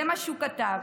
זה מה שהוא כתב.